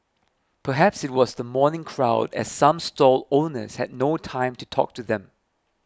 perhaps it was the morning crowd as some stall owners had no time to talk to them